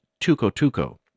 tuco-tuco